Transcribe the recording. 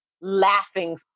laughing